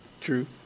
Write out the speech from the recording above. True